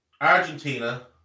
Argentina